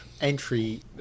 entry